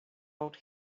old